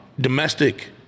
domestic